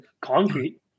concrete